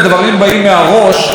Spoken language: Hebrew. אז אנחנו אולי נחקור,